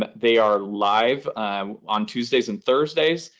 they are live on tuesdays and thursdays.